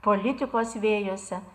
politikos vėjuose